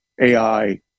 ai